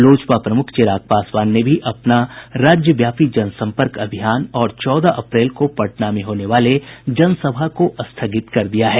लोजपा प्रमुख चिराग पासवान ने भी अपना राज्यव्यापी जन संपर्क अभियान और चौदह अप्रैल को पटना में होने वाले जन सभा को स्थगित कर दिया है